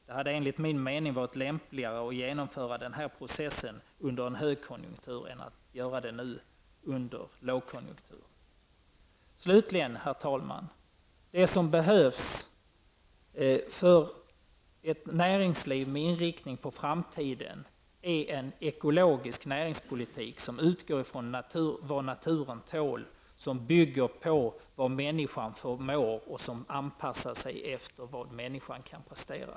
Det hade enligt min mening varit lämpligare att genomföra denna process under en högkonjunktur än att göra det nu under en lågkonjunktur. Herr talman! Det som behövs för ett näringsliv med inriktning mot framtiden är en ekologisk näringspolitik som utgår från vad naturen tål, som bygger på vad människan förmår och som anpassar sig efter vad människan kan prestera.